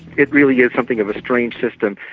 it really is something of a strange system.